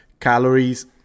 calories